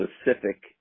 specific